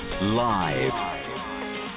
Live